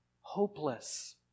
hopeless